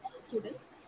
students